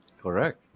correct